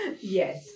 Yes